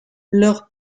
leur